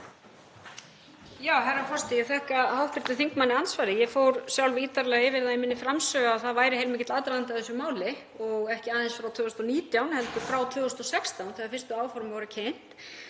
Herra forseti. Ég þakka hv. þingmanni andsvarið. Ég fór sjálf ítarlega yfir það í minni framsögu að það væri heilmikill aðdragandi að þessu máli og ekki aðeins frá 2019 heldur frá 2016 þegar fyrstu áform voru kynnt.